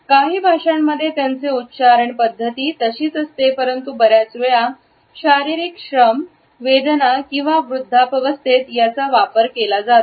काही भाषांमध्ये त्याचे उच्चारण पद्धती तशीच असते परंतु बऱ्याच वेळा शारीरिक श्रम किंवा वेदना किंवा वृद्धावस्थेत वापर केला जातो